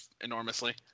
enormously